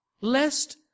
Lest